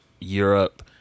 Europe